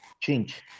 Change